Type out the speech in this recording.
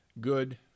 good